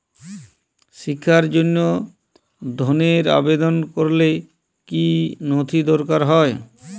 শিক্ষার জন্য ধনের আবেদন করলে কী নথি দরকার হয়?